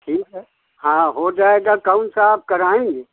ठीक है हाँ हो जाएगा कौन सा आप कराएंगे